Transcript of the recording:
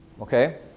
Okay